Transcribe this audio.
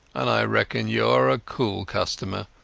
and i reckon youare a cool customer.